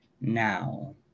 now